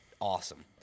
awesome